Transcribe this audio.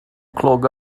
clog